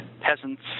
peasants